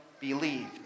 believed